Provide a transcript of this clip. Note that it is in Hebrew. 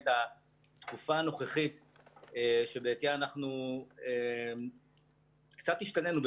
התקופה הנוכחית שבעטיה אנחנו קצת השתנינו,